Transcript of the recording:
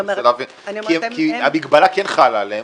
אני מנסה להבין כי המגבלה כן חלה עליהם